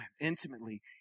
intimately